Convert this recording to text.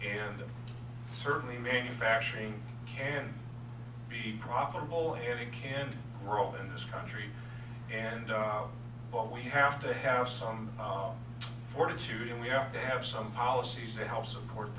and certainly manufacturing can be profitable and it can grow in this country but we have to have some fortitude and we have to have some policies that help support